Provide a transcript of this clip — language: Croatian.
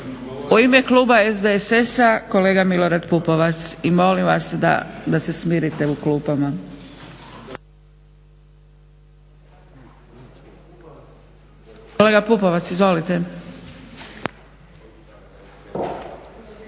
U ime kluba SDSS-a kolega Milorad Pupovac i molim vas da se smirite u klupama. Kolega Pupovac izvolite.